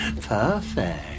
Perfect